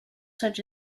such